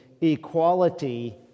equality